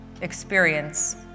experience